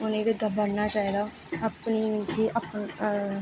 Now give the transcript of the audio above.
उ'नेंगी बी अग्गें बढ़ना चाहिदा अपनी मींस कि